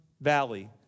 Valley